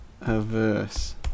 averse